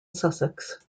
sussex